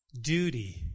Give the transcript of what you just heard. duty